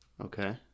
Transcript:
Okay